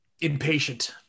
impatient